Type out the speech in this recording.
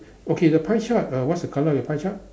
okay the pie chart uh what is the colour of your pie chart